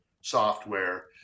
software